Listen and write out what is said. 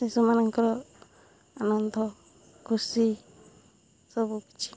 ଶିଶୁମାନଙ୍କର ଆନନ୍ଦ ଖୁସି ସବୁକିଛି